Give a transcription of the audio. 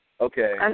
Okay